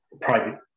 private